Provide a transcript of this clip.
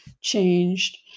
changed